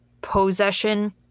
possession